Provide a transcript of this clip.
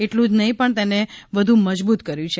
એટલું જ નહી પણ તેને વધુ મજબુત કર્યુ છે